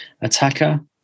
attacker